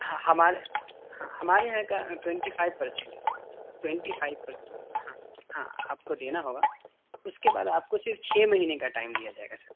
ہمارے یہاں کا ٹوئنٹی فائیو پرسینٹ ہے ٹوئنٹی فائیو پرسینٹ ہاں ہاں آپ کو دینا ہوگا اس کے بعد آپ کو صرف چھ مہینے کا ٹائم دیا جائے گا